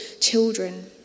children